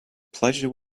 pleasure